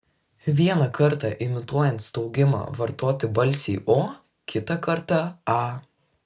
vieną kartą imituojant staugimą vartoti balsį o kitą kartą a